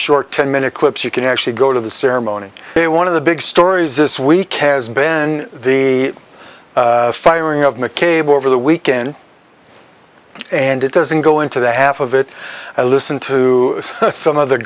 short ten minute clips you can actually go to the ceremony a one of the big stories this week has been the firing of mccabe over the weekend and it doesn't go into the half of it i listen to some of the